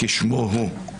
כשמו הוא,